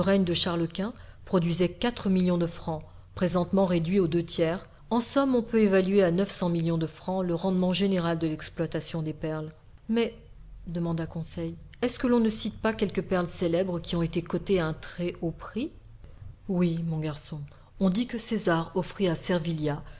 de charles quint produisaient quatre millions de francs présentement réduits aux deux tiers en somme on peut évaluer à neuf millions de francs le rendement général de l'exploitation des perles mais demanda conseil est-ce que l'on ne cite pas quelques perles célèbres qui ont été cotées à un très haut prix oui mon garçon on dit que césar offrit à